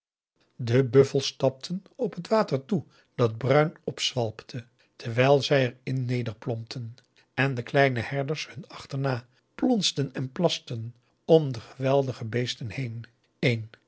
de buffels stapten op het water toe dat bruin opzwalpte terwijl zij er in nederplompten en de kleine herders hun achterna plonsden en plasten om de geweldige beesten heen een